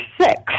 six